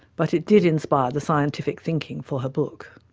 but it did inspire the scientific thinking for her book.